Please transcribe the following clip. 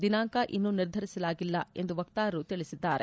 ದಿನಾಂಕ ಇನ್ನೂ ನಿರ್ಧರಿಸಲಾಗಿಲ್ಲ ಎಂದು ವಕ್ತಾರರು ತಿಳಿಸಿದ್ದಾರೆ